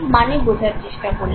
মানে বোঝার চেষ্টা করলাম